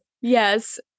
Yes